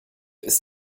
ist